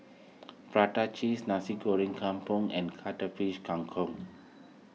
Prata Cheese Nasi Goreng Kampung and Cuttlefish Kang Kong